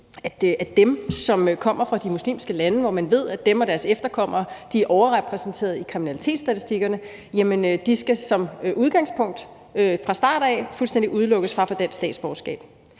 at de, som kommer fra de muslimske lande, hvor man ved, at de og deres efterkommere er overrepræsenterede i kriminalitetsstatistikkerne, som udgangspunkt fra start af fuldstændig skal udelukkes fra at få dansk statsborgerskab.